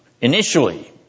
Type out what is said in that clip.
initially